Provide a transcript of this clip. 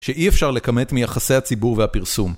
שאי אפשר לכמת מיחסי הציבור והפרסום.